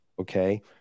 okay